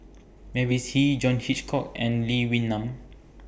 Mavis Hee John Hitchcock and Lee Wee Nam